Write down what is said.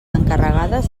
encarregades